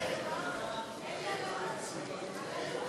שירות בני ישיבות הסדר), התשע"ה 2015, נתקבלה.